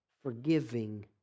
Forgiving